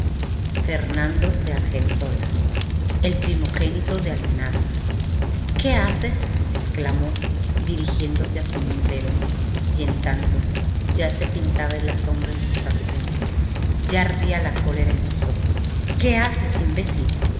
fernando de argensola el primogénito de almenar qué haces exclamó dirigiéndose á su montero y en tanto ya se pintaba el asombro en sus facciones ya ardía la cólera en sus ojos qué haces imbécil